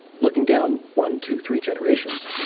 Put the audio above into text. looking down one, two, three generations,